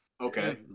okay